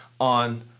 on